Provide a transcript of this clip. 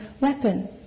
weapon